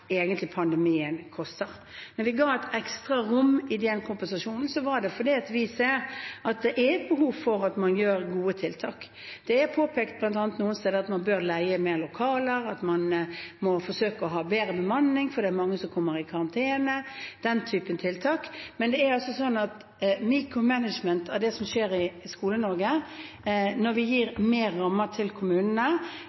pandemien egentlig koster. Når vi ga et ekstra rom i den kompensasjonen, var det fordi vi ser at det er et behov for at man setter inn gode tiltak. Det er bl.a. påpekt noen steder at man bør leie flere lokaler, at man må forsøke å ha bedre bemanning, for det er mange som kommer i karantene – den typen tiltak. Men det er altså sånn ved «micromanagement» av det som skjer i Skole-Norge: Når vi gir